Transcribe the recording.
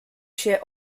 się